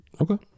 Okay